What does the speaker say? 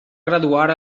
graduar